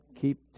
keep